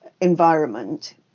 environment